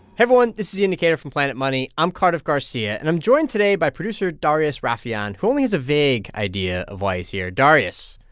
everyone. this is the indicator from planet money. i'm cardiff garcia, and i'm joined today by producer darius rafieyan, who only has a vague idea of why he's here darius,